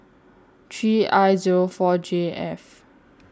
three I Zero four J F